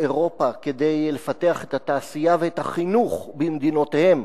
אירופה כדי לפתח את התעשייה ואת החינוך במדינותיהן,